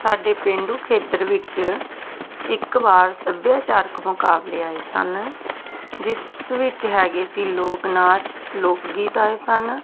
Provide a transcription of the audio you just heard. ਸਾਡੇ ਪੇਂਡੂ ਖੇਤਰ ਵਿੱਚ ਇੱਕ ਵਾਰ ਸੱਭਿਆਚਾਰਕ ਮੁਕਾਬਲੇ ਆਏ ਸਨ ਜਿਸ ਵਿੱਚ ਹੈਗੇ ਸੀ ਲੋਕ ਨਾਚ ਲੋਕ ਗੀਤ ਆਏ ਸਨ